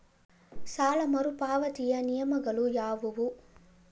ಸಾಲ ಮರುಪಾವತಿಯ ನಿಯಮಗಳು ಯಾವುವು?